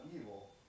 evil